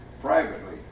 privately